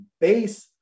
base